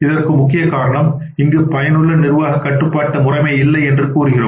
இதற்கு ஒரு முக்கியமான காரணம் இங்கு பயனுள்ள நிர்வாகக் கட்டுப்பாட்டு முறைமை இல்லை என்று கூறுகிறோம்